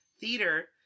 theater